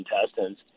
intestines